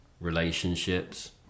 relationships